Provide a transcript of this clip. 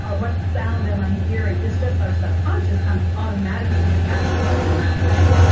ah what sound am i hearing. it's just our subconscious kind of automatically protecting us in that way.